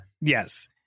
yes